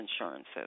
insurances